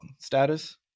status